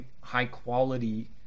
high-quality